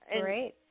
great